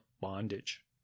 bondage